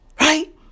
Right